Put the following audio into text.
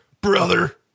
brother